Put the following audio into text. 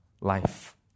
life